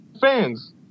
fans